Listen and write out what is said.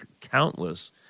countless